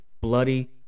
bloody